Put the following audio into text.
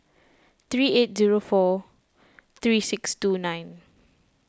three eight zero four three six two nine